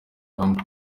hamwe